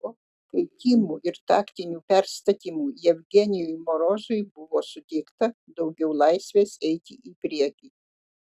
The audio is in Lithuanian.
po keitimų ir taktinių perstatymų jevgenijui morozui buvo suteikta daugiau laisvės eiti į priekį